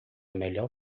melhor